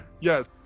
Yes